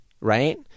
right